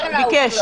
הוא ויתר לה.